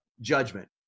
judgment